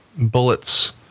bullets